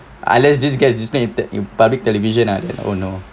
unless this guys just you public television ah that oh no